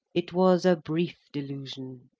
it was a brief delusion,